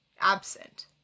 absent